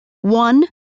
One